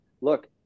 look